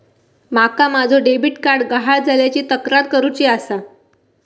माका माझो debit card गहाळ झाल्याची तक्रार करुची आसा